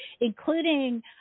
including